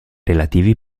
relativi